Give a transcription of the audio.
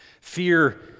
fear